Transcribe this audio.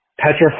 petrified